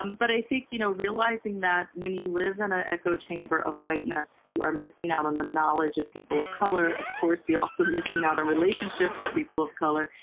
um but i think you know realizing that when you live in an ah echo chamber of whiteness you are missing out on the knowledge of people of color, of course, you're also missing out on relationships with people of color,